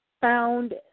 found